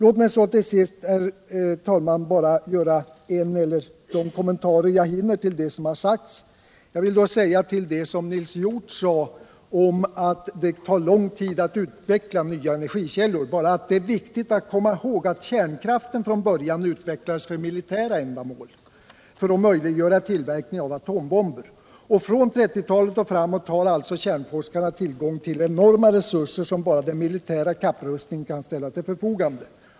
Låt mig så, herr talman, till sist beträffande det som har sagts bara göra de kommentarer som jag hinner med. Jag vill med anledning av att Nils Hjorth sade att det tar lång tid att utveckla nya energikällor framhålla, att det är viktigt att komma ihåg att kärnkraften från början utvecklades för militära ändamål, för att möjliggöra tillverkning av atombomber. Från 1930-talet och framåt har kärnforskarna haft tillgång till enorma resurser, som bara den militära kapprustningen kan ställa till förfogande.